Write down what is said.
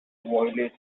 violate